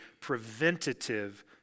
preventative